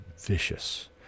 vicious